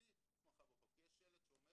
בלי הסמכה בחוק, יש שלט שאומר